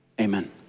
Amen